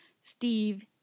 Steve